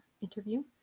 interview